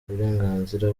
uburenganzira